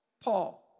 Paul